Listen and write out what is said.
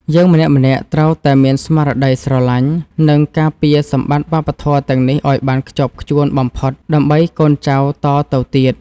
យើងម្នាក់ៗត្រូវតែមានស្មារតីស្រឡាញ់ និង ការពារសម្បត្តិវប្បធម៌ទាំងនេះឱ្យបានខ្ជាប់ខ្ជួនបំផុតដើម្បីកូនចៅតទៅទៀត។